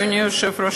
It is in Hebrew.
אדוני היושב-ראש,